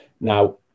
Now